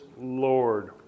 Lord